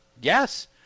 yes